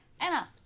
Anna